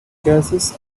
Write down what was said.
gases